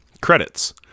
Credits